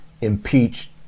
impeached